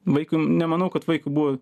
vaikui nemanau kad vaikui buvo